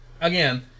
again